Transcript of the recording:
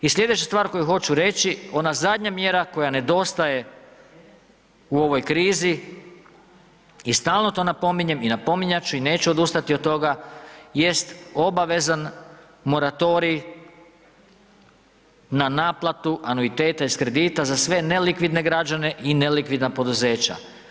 I slijedeća stvar koju hoću reći, ona zadnja mjera koja nedostaje u ovoj krizi i stalno to napominjem i napominjat ću i neću odustati od toga jest obavezan moratorij na naplatu anuiteta iz kredita za sve nelikvidne građane i nelikvidna poduzeća.